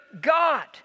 God